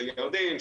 של ירדן,